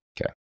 Okay